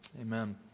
Amen